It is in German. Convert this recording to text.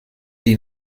die